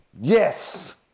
yes